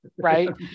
right